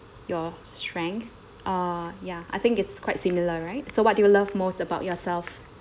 your strength uh ya I think it's quite similar right so what do you love most about yourself